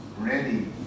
ready